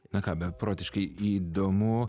na ką beprotiškai įdomu